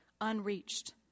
unreached